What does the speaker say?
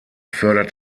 fördert